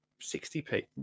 60p